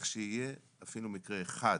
אפילו מקרה אחד